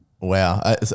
Wow